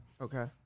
Okay